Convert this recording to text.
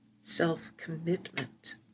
self-commitment